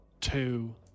two